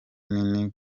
nini